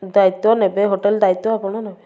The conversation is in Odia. ଦାୟିତ୍ୱ ନେବେ ହୋଟେଲ ଦାୟିତ୍ୱ ଆପଣ ନେବେ